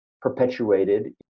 perpetuated